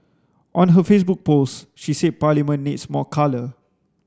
on her Facebook post she said Parliament needs more colour